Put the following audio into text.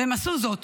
והם עשו זאת,